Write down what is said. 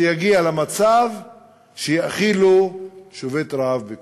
שיגיעו למצב שיאכילו שובת רעב בכוח.